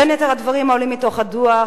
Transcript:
בין יתר הדברים העולים מתוך הדוח,